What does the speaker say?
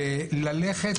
ללכת,